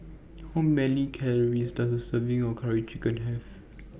How Many Calories Does A Serving of Curry Chicken Have